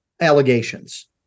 allegations